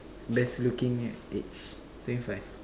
best looking age twenty five